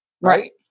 Right